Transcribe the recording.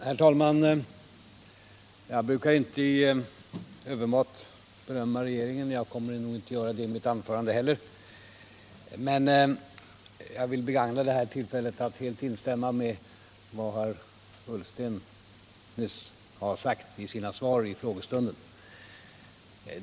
Herr talman! Jag brukar inte i övermått berömma regeringen. Jag kommer nog inte att göra det i dag heller, men jag vill begagna det här tillfället att helt instämma i det som herr Ullsten nyss har sagt i sina svar vid frågestunden.